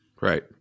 right